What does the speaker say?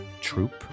troop